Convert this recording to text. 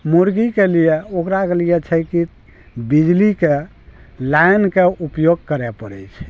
मुर्गीके लिए ओकराके लिए छै कि बिजलीक लाइनके उपयोग करै पड़ै छै